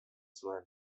zuen